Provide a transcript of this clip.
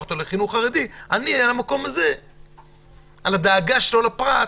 אותו לחינוך חרדי במקרה הזה אני קצת שואל שאלות לגבי הדאגה שלו לפרט.